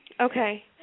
Okay